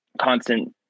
constant